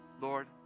Lord